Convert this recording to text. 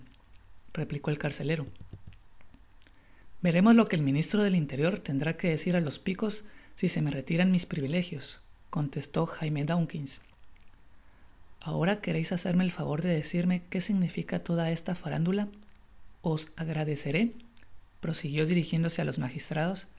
replicó el carcelero veremos lo que el ministro del interior tendrá qué decir á los picos si se me retiran mis privilegios contestó jaime dawkins ahora queréis hacerme el favor de decirme que significa toda esa farándula os agradeceré prosiguió dirijiéndose á los magistrados